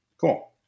cool